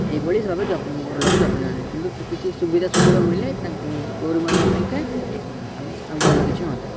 ଏହିଭଳି ଭାବେ ଘର ଲୋକ ଯତ୍ନ ନିଅନ୍ତି କିନ୍ତୁ କିଛି ସୁବିଧା ସୁଯୋଗ ମିଳିଲେ ତାଙ୍କୁ ଗୋରୁମାନଙ୍କ ପାଇଁକା ଆମେ ଭଲ କିଛି ହୁଅନ୍ତା